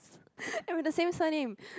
and with the same surname